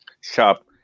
shop